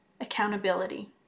accountability